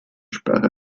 sperre